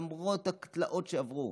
למרות התלאות שעברו.